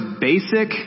basic